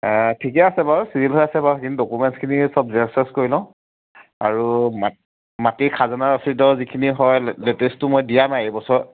ঠিকে আছে বাৰু চিজিল হৈ আছে বাৰু সেইখিনি ডকুমেণ্টছখিনি চব জেৰক্স চেৰক্স কৰি লওঁ আৰু মাটিৰ খাজানা ৰচিদৰ যিখিনি হয় লেটেষ্টটো মই দিয়া নাই এইবছৰ